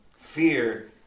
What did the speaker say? fear